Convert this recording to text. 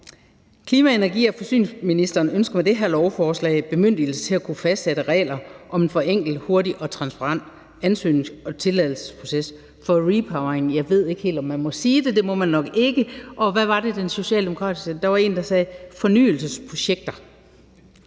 klima-, energi- og forsyningsministeren ønsker med det her lovforslag bemyndigelse til at kunne fastsætte regler om en forenklet, hurtig og transparent ansøgnings- og tilladelsesproces for repowering – jeg ved ikke helt, om man må sige det, men det må man nok ikke – altså fornyelsesprojekter